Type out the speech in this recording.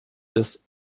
des